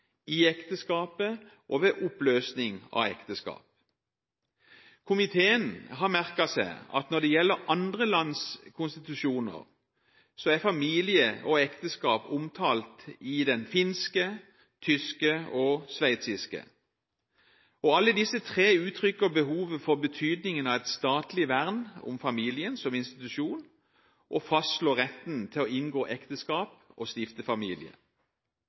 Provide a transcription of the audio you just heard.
i ekteskapet og ved oppløsning av ekteskap. Komiteen har merket seg at når det gjelder andre lands konstitusjoner, er familie og ekteskap omtalt i den finske, tyske og sveitsiske, og alle disse tre uttrykker behovet for betydningen av et statlig vern om familien som institusjon og fastslår retten til å inngå ekteskap og stifte familie.